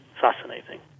fascinating